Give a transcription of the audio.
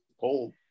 cold